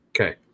Okay